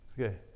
Okay